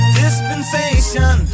dispensation